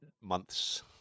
months